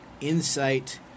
insight